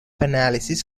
analysis